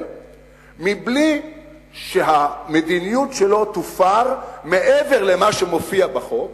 בלי שהמדיניות שלו תופר מעבר למה שמופיע בחוק,